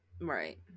right